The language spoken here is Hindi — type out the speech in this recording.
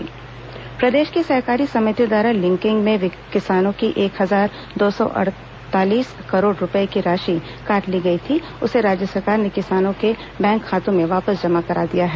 मुख्यमंत्री किसान बातचीत प्रदेश की सहकारी समितियों द्वारा लिंकिंग में किसानों की एक हजार दो सौ अड़तालीस करोड़ रूपये की राशि काट ली गई थी उसे राज्य सरकार ने किसानों के बैंक खातों में वापस जमा करा दिया है